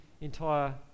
entire